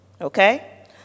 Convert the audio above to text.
Okay